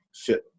fit